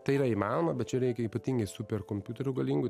tai yra įmanoma bet čia reikia ypatingai superkompiuterių galingų